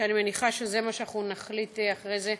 ואני מניחה שזה מה שנחליט אחרי זה,